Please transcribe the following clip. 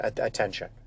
attention